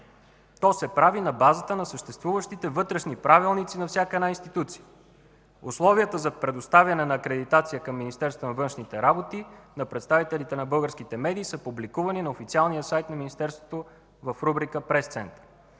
То се прави на базата на съществуващите вътрешни правилници на всяка една институция. Условието за предоставяне на акредитация към Министерството на външните работи на представителите на българските медии са публикувани на официалния сайт на Министерството в рубрика „Пресцентър”.